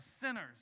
sinners